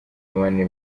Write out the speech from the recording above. imibanire